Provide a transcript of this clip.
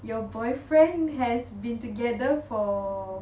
your boyfriend has been together for